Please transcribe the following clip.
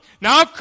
Now